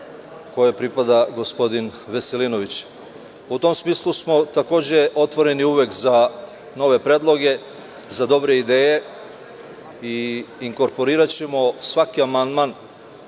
kojoj pripada gospodin Veselinović. U tom smislu smo takođe otvoreni uvek za nove predloge, za dobre ideje i inkorporiraćemo svaki amandman